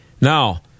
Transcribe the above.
Now